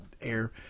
air